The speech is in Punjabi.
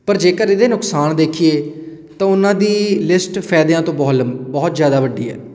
ਪਰ ਜੇਕਰ ਇਹਦੇ ਨੁਕਸਾਨ ਦੇਖੀਏ ਤਾਂ ਉਹਨਾ ਦੀ ਲਿਸਟ ਫਾਇਦਿਆਂ ਤੋਂ ਬਹੁਤ ਲੰ ਬਹੁਤ ਜ਼ਿਆਦਾ ਵੱਡੀ ਹੈ